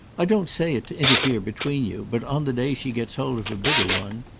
i don't say it to interfere between you, but on the day she gets hold of a bigger one!